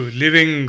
living